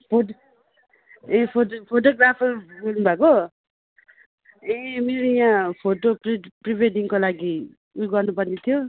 फोड ए photo photographer बोल्नु भएको ए मेरो यहाँ फोटो प्रिड प्रिवेडिङको लागि उयो गर्नुपर्ने थियो